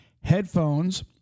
headphones